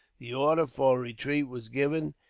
the order for retreat was given,